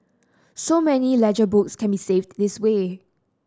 so many ledger books can be saved this way